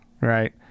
right